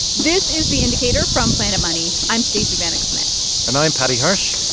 this is the indicator from planet money. i'm stacey vanek smith and i'm paddy hirsch,